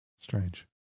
Strange